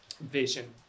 Vision